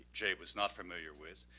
jay was not familiar with,